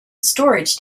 storage